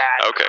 Okay